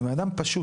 אני בן אדם פשוט.